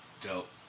Dope